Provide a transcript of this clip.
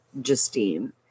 Justine